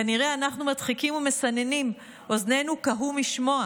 כנראה אנחנו מדחיקים ומסננים, אוזנינו קהו משמוע.